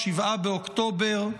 ב-7 באוקטובר,